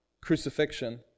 crucifixion